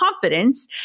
confidence